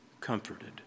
comforted